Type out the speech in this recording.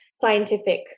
scientific